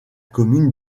commune